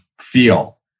feel